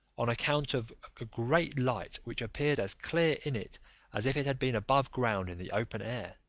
on account of a great light which appeared as clear in it as if it had been above ground in the open air.